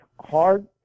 hard